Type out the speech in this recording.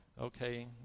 okay